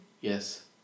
Yes